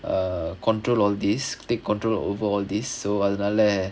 err control all this take control over all this so அதுனாலே:athunaalae